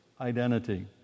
identity